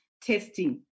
testing